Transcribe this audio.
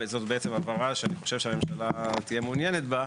וזאת בעצם הבהרה שאני חושב שהממשלה תהיה מעוניינת בה.